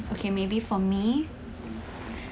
okay maybe for me